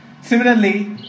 Similarly